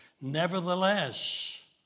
Nevertheless